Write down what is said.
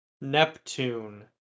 Neptune